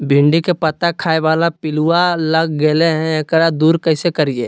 भिंडी के पत्ता खाए बाला पिलुवा लग गेलै हैं, एकरा दूर कैसे करियय?